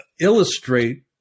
illustrate